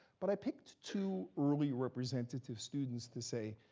but i picked two early representative students to say,